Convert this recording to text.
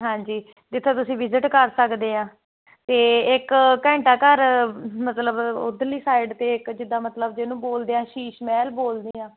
ਹਾਂਜੀ ਜਿੱਥੇ ਤੁਸੀਂ ਵਿਜਿਟ ਕਰ ਸਕਦੇ ਆ ਤੇ ਇੱਕ ਘੰਟਾ ਘਰ ਮਤਲਬ ਉਧਰਲੀ ਸਾਈਡ ਤੇ ਇੱਕ ਜਿੱਦਾਂ ਮਤਲਬ ਜਿਹਨੂੰ ਬੋਲਦੇ ਆ ਸ਼ੀਸ਼ ਮਹਿਲ ਬੋਲਦੇ ਆ